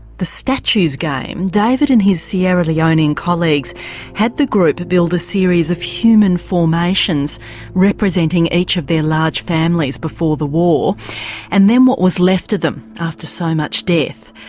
the statues game, david and his sierra leonean colleagues had the group build a series of human formations representing each of their large families before the war and then what was left of them after so much death.